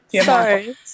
Sorry